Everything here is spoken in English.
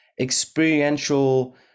experiential